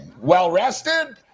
Well-rested